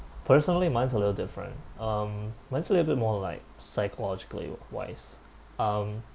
personally mine's a little different um mine's a little bit more like psychologically wise um